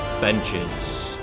benches